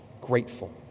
grateful